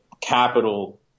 capital